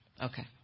Okay